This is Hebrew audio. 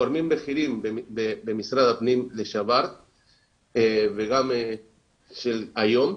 גורמים בכירים במשרד הפנים לשעבר וגם של היום,